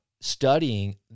studying